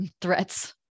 threats